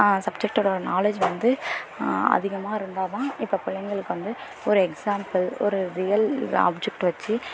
சப்ஜெக்ட்டோட knowledge வந்து அதிகமாக இருந்தால் தான் இப்போ பிள்ளைங்களுக்கு வந்து ஒரு எக்ஸாம்பிள் ஒரு ரியல் ஆப்ஜெக்ட் வச்சு